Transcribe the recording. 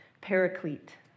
paraclete